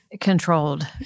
controlled